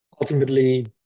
Ultimately